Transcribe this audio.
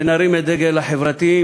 ונרים את הדגל החברתי,